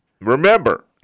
Remember